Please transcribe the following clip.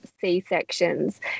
c-sections